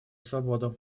свободу